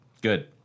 Good